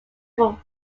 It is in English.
from